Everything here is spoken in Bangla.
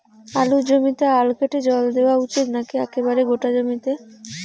আলুর জমিতে আল কেটে জল দেওয়া উচিৎ নাকি একেবারে গোটা জমিতে?